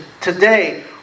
today